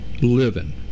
living